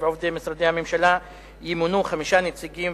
עובדי משרדי הממשלה ימונו חמישה נציגים,